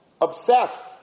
obsessed